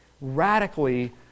radically